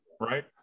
right